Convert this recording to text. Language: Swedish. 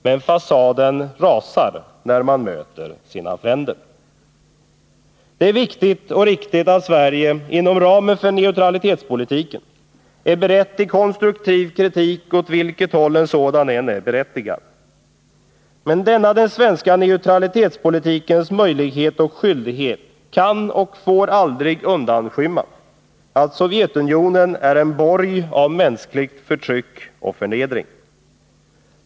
Men fasaden rasar när man möter sina fränder. Det är viktigt och riktigt att Sverige inom ramen för neutralitetspolitiken är berett till konstruktiv kritik åt vilket håll en sådan än är berättigad. Men denna den svenska neutralitetspolitikens möjlighet och skyldighet kan och får aldrig undanskymma att Sovjetunionen är en borg av mänskligt förtryck och förnedring.